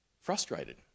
frustrated